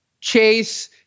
Chase